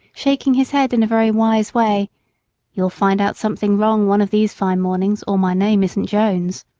shaking his head in a very wise way you'll find out something wrong one of these fine mornings, or my name isn't jones.